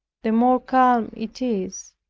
the more calm it is,